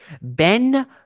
Ben